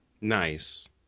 Nice